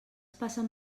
passen